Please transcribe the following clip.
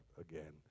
again